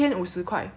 for 两个人 leh